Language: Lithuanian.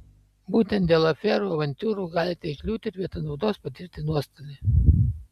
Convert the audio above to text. būtent dėl aferų avantiūrų galite įkliūti ir vietoj naudos patirti nuostolį